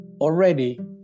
already